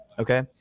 Okay